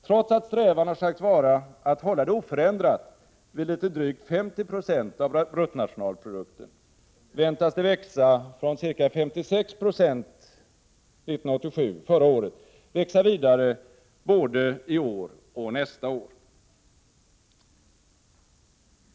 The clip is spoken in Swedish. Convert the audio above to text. Trots att strävan har sagts vara att hålla det oförändrat vid litet drygt 50 920 av bruttonationalprodukten, väntas det från ca 56 Jo förra året växa vidare både i år och nästa år.